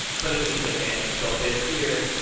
but i think it's okay. i think it still fits here.